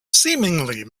seemingly